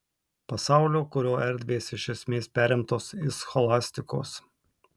pasaulio kurio erdvės iš esmės perimtos iš scholastikos